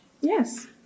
Yes